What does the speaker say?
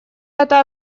эта